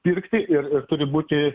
pirkti ir ir turi būti